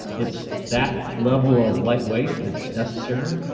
it's that level of lightweight that's necessary.